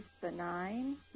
benign